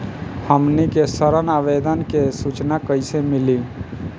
हमनी के ऋण आवेदन के सूचना कैसे मिली?